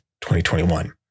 2021